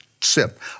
sip